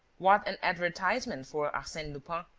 what an advertisement for arsene lupin!